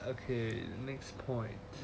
okay next point